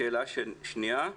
שאלה שנייה: